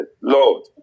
lord